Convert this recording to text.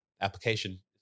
application